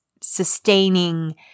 sustaining